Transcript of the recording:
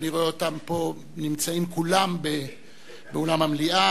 ואני רואה את כולם פה באולם המליאה.